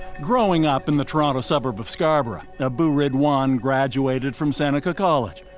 growing up in the toronto suburb of scarborough, abu ridwan graduated from seneca college,